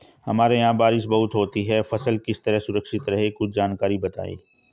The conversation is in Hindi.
हमारे यहाँ बारिश बहुत होती है फसल किस तरह सुरक्षित रहे कुछ जानकारी बताएं?